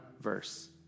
verse